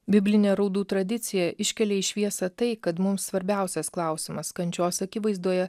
biblinė raudų tradicija iškelia į šviesą tai kad mums svarbiausias klausimas kančios akivaizdoje